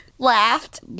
Laughed